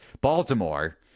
Baltimore